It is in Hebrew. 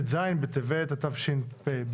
ט"ז בטבת התשפ"ב,